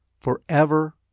forever